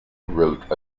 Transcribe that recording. wrote